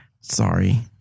Sorry